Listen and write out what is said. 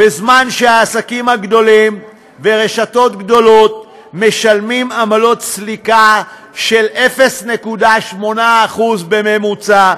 בזמן שעסקים גדולים ורשתות גדולות משלמים עמלת סליקה של 0.8% בממוצע,